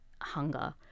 hunger